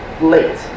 late